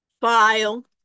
file